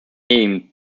aimed